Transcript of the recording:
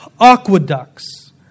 Aqueducts